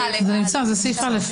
זה סעיף א.